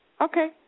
Okay